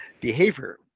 behavior